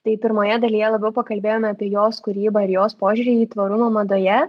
tai pirmoje dalyje labiau pakalbėjome apie jos kūrybą ir jos požiūrį į tvarumą madoje